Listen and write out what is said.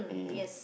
yes